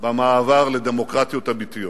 במעבר לדמוקרטיות אמיתיות,